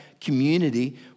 community